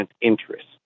interest